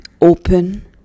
open